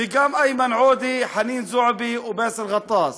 וגם איימן עודה, חנין זועבי ובאסל גטאס,